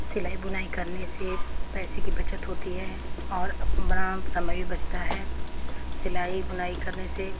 सिलाई बुनाई करने से पैसे की बचत होती है और अपना समय भी बचता है सिलाई बुनाई करने से